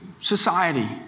society